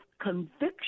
conviction